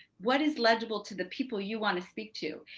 what is legible to the people you wanna speak to?